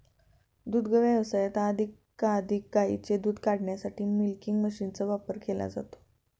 दुग्ध व्यवसायात अधिकाधिक गायींचे दूध काढण्यासाठी मिल्किंग मशीनचा वापर केला जातो